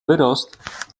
wyrost